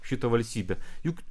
šita valstybė juk